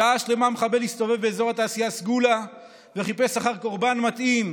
שעה שלמה המחבל הסתובב באזור התעשייה סגולה וחיפש אחר קורבן מתאים.